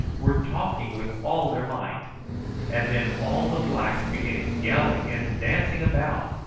were talking with all their might and then all the blacks began yelling and dancing about,